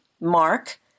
Mark